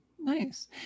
Nice